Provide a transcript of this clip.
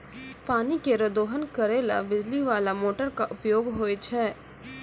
पानी केरो दोहन करै ल बिजली बाला मोटर क उपयोग होय छै